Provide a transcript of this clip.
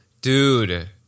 Dude